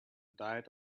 diet